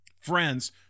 friends